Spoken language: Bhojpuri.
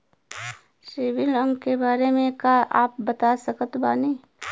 सिबिल अंक के बारे मे का आप बता सकत बानी?